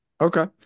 Okay